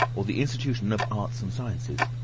or the institution of arts and sciences.